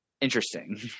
Interesting